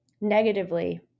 negatively